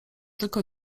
tylko